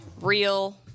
real